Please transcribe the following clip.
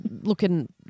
looking